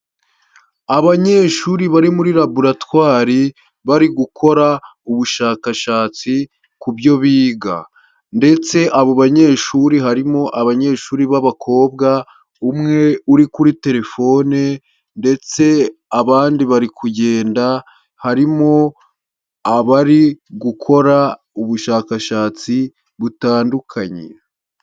Abanyeshuri bari muri laboratwari bari gukora ubushakashatsi ku byo biga ndetse abo banyeshuri harimo abanyeshuri b'abakobwa, umwe uri kuri telefone ndetse abandi bari kugenda, harimo abari gukora ubushakashatsi butandukanye.